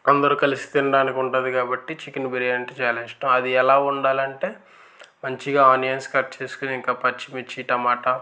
అందరు కలిసి తినడానికి ఉంటుంది కాబట్టి చికెన్ బిర్యానీ అంటే చాలా ఇష్టం అది ఎలా వండాలి అంటే మంచిగా ఆనియన్స్ కట్ చేసుకుని ఇంకా పచ్చిమిర్చి టమాట